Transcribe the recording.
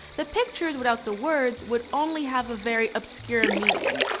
the pictures without the words would only have a very obscure meaning,